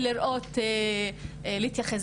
ולהתייחס.